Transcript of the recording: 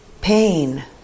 Pain